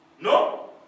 No